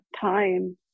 time